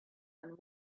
and